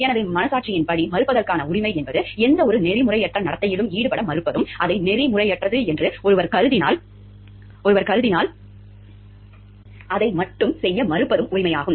எனவே மனசாட்சியின்படி மறுப்பதற்கான உரிமை என்பது எந்தவொரு நெறிமுறையற்ற நடத்தையிலும் ஈடுபட மறுப்பதும் அதை நெறிமுறையற்றது என்று ஒருவர் கருதுவதால் அதை மட்டும் செய்ய மறுப்பதும் உரிமையாகும்